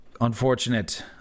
unfortunate